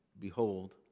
Behold